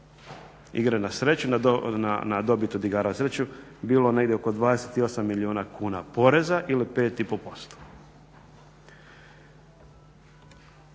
igre na sreću, na dobit od igara na sreću bilo negdje oko 28 milijuna kuna poreza ili 5,5%. Ti podaci